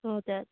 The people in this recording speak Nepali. हजुर